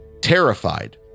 Terrified